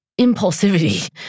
impulsivity